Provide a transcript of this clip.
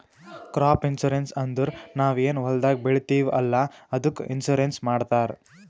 crop insurance ಅಂದುರ್ ನಾವ್ ಏನ್ ಹೊಲ್ದಾಗ್ ಬೆಳಿತೀವಿ ಅಲ್ಲಾ ಅದ್ದುಕ್ ಇನ್ಸೂರೆನ್ಸ್ ಮಾಡ್ತಾರ್